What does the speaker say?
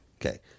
Okay